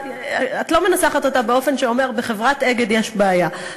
את לא מנסחת אותה באופן שאומר: בחברת "אגד" יש בעיה,